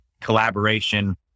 collaboration